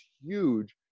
huge